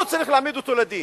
הוא, צריך להעמיד אותו לדין,